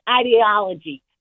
ideology